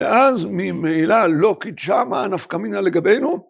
‫ואז ממעילה לא קידשה מה ה'נפקא מינה' לגבינו.